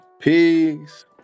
peace